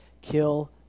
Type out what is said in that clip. kill